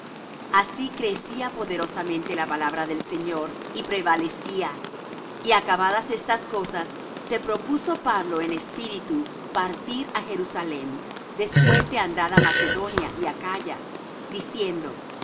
así crecía poderosamente la palabra del señor y prevalecía y acabadas estas cosas se propuso pablo en espíritu partir á jerusalem después de andada macedonia y acaya diciendo